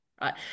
right